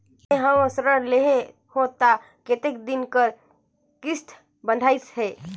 मैं हवे ऋण लेहे हों त कतेक दिन कर किस्त बंधाइस हे?